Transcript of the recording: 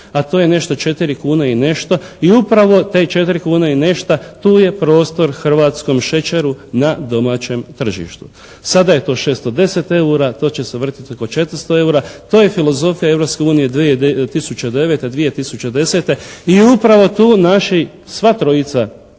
a to je nešto 4 kune i nešto i upravo te 4 kune i nešta tu je prostor hrvatskom šećeru na domaćem tržištu. Sada je to 610 eura, to će se vrtiti oko 400 eura, to je filozofija Europske unije 2009., 2010. i upravo tu naši sva trojica